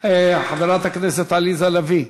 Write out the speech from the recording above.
חברת הכנסת עליזה לביא,